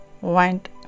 went